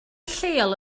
lleol